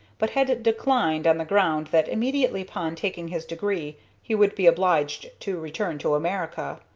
but had declined on the ground that immediately upon taking his degree he would be obliged to return to america.